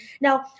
Now